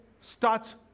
starts